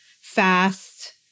fast